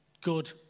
good